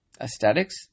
aesthetics